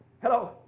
Hello